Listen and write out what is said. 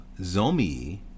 zomi